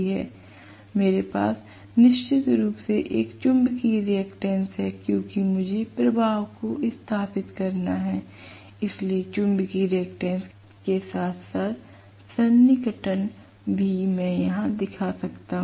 मेरे पास निश्चित रूप से एक चुम्बकीय रिएक्टेंस है क्योंकि मुझे प्रवाह को स्थापित करना है इसलिए चुम्बकीय रिएक्टेंस के साथ साथ सन्निकटन भी मैं यहाँ दिखा सकता हूँ